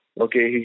Okay